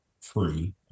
free